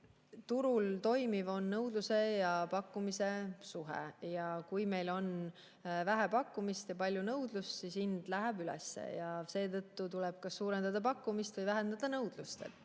Turul toimuv on nõudluse ja pakkumise suhe. Kui meil on vähe pakkumist ja palju nõudlust, siis hind läheb üles, ja seetõttu tuleb kas suurendada pakkumist või vähendada nõudlust.